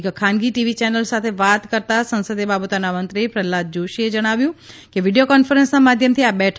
એક ખાનગી TV channel સાથે વાત કરતાં સંસદીય બાબતોના મંત્રી પ્રહલાદ જોશીએ જણાવ્યુ હતું કે વિડીયો કોન્સફરન્સના માધ્યમથી આ બેઠક યોજાશે